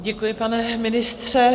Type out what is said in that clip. Děkuji, pane ministře.